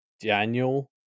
Daniel